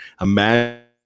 Imagine